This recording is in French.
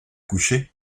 coucher